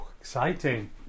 Exciting